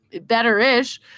better-ish